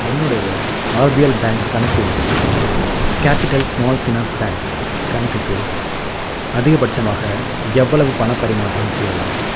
என்னுடைய RBL bank கணக்கிலிருந்து capital small finance bank கணக்குக்கு அதிகபட்சமாக எவ்வளவு பணப் பரிமாற்றம் செய்யலாம்